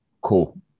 cool